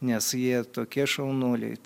nes jie tokie šaunuoliai